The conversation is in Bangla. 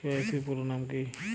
কে.ওয়াই.সি এর পুরোনাম কী?